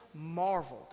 marveled